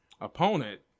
opponent